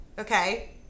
okay